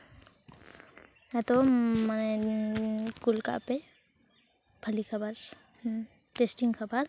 ᱦᱮᱸᱛᱚ ᱢᱟᱱᱮ ᱠᱩᱞ ᱠᱟᱜ ᱯᱮ ᱵᱷᱟᱹᱞᱤ ᱠᱷᱟᱵᱟᱨ ᱴᱮᱥᱴᱤᱝ ᱠᱷᱟᱵᱟᱨ